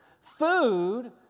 food